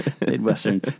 Midwestern